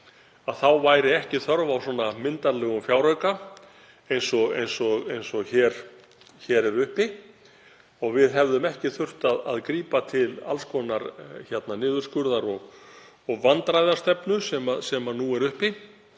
þá væri ekki þörf á svona myndarlegum fjárauka eins og hér er uppi og við hefðum ekki þurft að grípa til alls konar niðurskurðar og vandræðastefnu sem nú eru uppi.